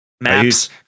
maps